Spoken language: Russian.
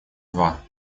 два